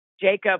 Jacob